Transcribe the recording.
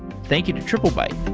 thank you to triplebyte